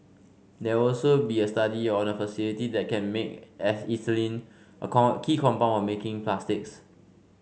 there also be a study on a facility that can make ethylene a corn key compound on making plastics